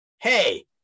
Hey